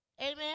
Amen